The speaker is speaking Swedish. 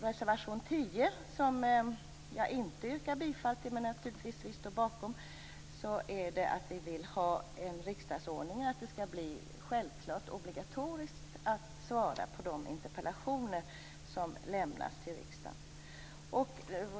Reservation 10, som jag inte yrkar bifall till men som vi i Folkpartiet naturligtvis står bakom, gäller att det enligt riksdagsordningen skall bli självklart och obligatoriskt att svara på de interpellationer som lämnas till regeringen.